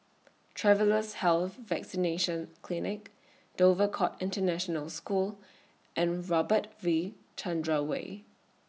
Travellers' Health Vaccination Clinic Dover Court International School and Robert V Chandran Way